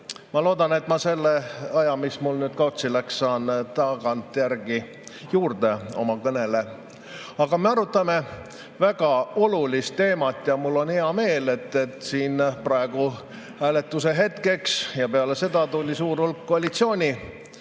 Ma loodan, et ma selle aja, mis mul nüüd kaotsi läks, saan tagantjärgi juurde oma kõnele. Me arutame väga olulist teemat. Mul on hea meel, et siin praegu hääletuse hetkeks ja peale seda tuli suur hulk koalitsiooniliikmeid